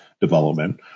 development